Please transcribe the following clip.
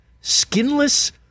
skinless